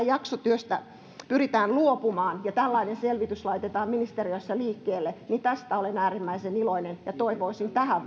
jaksotyöstä pyritään luopumaan ja tällainen selvitys laitetaan ministeriössä liikkeelle niin tästä olen äärimmäisen iloinen ja toivoisin tähän